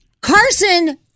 Carson